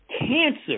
cancer